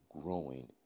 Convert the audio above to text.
growing